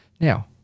Now